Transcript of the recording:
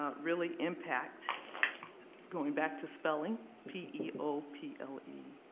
ah really impact going back to spelling, p e o p l e.